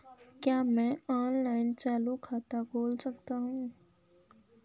क्या मैं ऑनलाइन चालू खाता खोल सकता हूँ?